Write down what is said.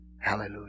Hallelujah